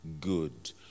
good